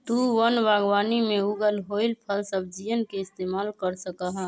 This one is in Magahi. तु वन बागवानी में उगल होईल फलसब्जियन के इस्तेमाल कर सका हीं